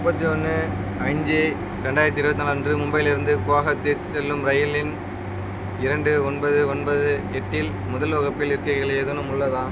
முப்பத்தி ஒன்று அஞ்சு ரெண்டாயிரத்தி இருபத்தி நாலு அன்று மும்பையிலிருந்து குவஹாத்தி செல்லும் ரயில் எண் இரண்டு ஒன்பது ஒன்பது எட்டில் முதல் வகுப்பில் இருக்கைகள் ஏதேனும் உள்ளதா